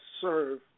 serve